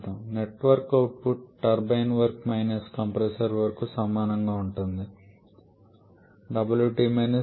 net work output turbine work minus compressor work కు సమానంగా ఉంటుందని మనకు తెలుసు